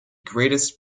greatest